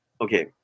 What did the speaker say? okay